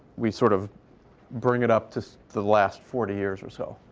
we sort of bring it up to the last forty years or so.